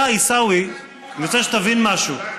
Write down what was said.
אתה, עיסאווי, אני רוצה שתבין משהו.